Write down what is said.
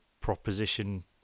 Proposition